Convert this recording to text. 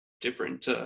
different